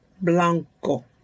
blanco